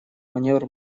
маневр